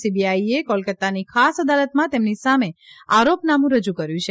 CBI એ કોલકાતાની ખાસ અદાલતમાં તેમની સામે આરોપનામું રજૂ કર્યું છે